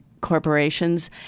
corporations